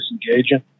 disengaging